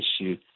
issue